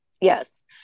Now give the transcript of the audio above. Yes